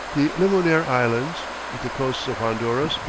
the limonare islands, with the coasts of honduras,